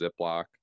Ziploc